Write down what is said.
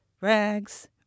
Rags